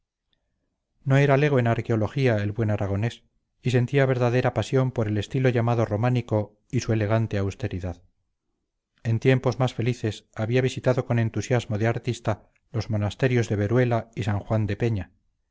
no era lego en arqueología el buen aragonés y sentía verdadera pasión por el estilo llamado románico y su elegante austeridad en tiempos más felices había visitado con entusiasmo de artista los monasterios de veruela y san juan de peña